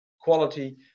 quality